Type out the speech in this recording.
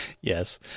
Yes